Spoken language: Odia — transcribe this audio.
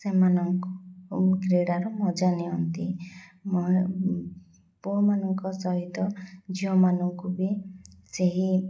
ସେମାନଙ୍କୁ କ୍ରୀଡ଼ାର ମଜା ନିଅନ୍ତି ପୁଅମାନଙ୍କ ସହିତ ଝିଅମାନଙ୍କୁ ବି ସେହି